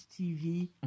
TV